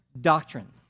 doctrine